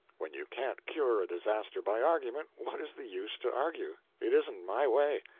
when you can't cure a disaster by argument, what is the use to argue? it isn't my way.